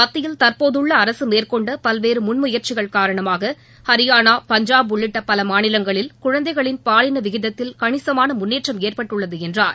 மத்தியில் தற்போதுள்ள அரசு மேற்கொண்ட பல்வேறு முன் முயற்சிகள் காரணமாக ஹரியானா பஞ்சாப் உள்ளிட்ட பல மாநிலங்களில் குழந்தைகளின் பாலின விகிதத்தில் கணிசமான முன்னேற்றம் ஏற்பட்டுள்ளது என்றார்